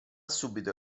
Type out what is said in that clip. subito